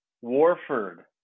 Warford